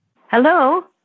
Hello